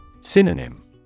Synonym